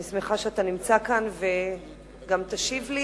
אני שמחה שאתה נמצא כאן וגם תשיב לי,